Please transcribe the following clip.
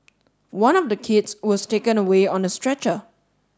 one of the kids was taken away on a stretcher